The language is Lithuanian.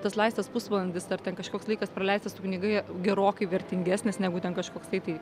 tas laisvas pusvalandis ar ten kažkoks laikas praleistas su knygai gerokai vertingesnis negu ten kažkoksai tai